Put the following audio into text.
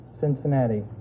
Cincinnati